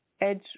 edge